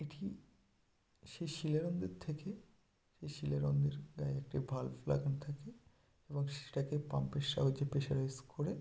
এটি সেই শিলারন্ধ্রের থেকে সেই শিলারন্ধ্রের গায়ে একটি ভাল্ব লাগানো থাকে এবং সেটাকে পাম্পের সাহয্যে প্রেসারাইজ করে